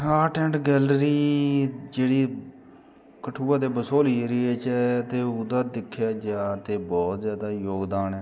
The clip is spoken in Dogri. आर्ट एंड गैलरी जेहड़ी कठुआ दे बसोह्ली एरिये च ऐ ते ओहदा दिक्खेआ जा ते बहुत ज्यादा योगदान ऐ